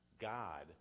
God